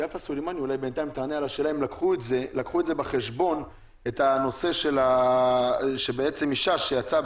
אולי בינתיים יפה סולימני תגיד אם לקחו בחשבון את הנושא של אישה שיצאה